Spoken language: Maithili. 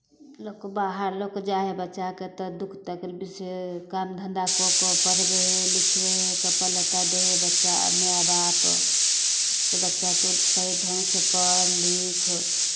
लोक बाहर लऽ कऽ जाइ हइ बच्चाकेँ तऽ दुःख तकलीफसँ काम धन्धा कऽ के पढ़बै हइ लिखबै हइ कपड़ा लत्ता दै हइ बच्चा माए बाप से बच्चा तोँ सही ढङ्गसँ पढ़ लिख